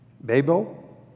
Babel